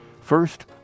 First